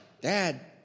dad